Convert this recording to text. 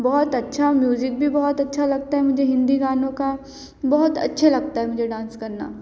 बहुत अच्छा म्यूजिक भी बहुत अच्छा लगता है मुझे हिंदी गानों का बहुत अच्छे लगता है मुझे डांस करना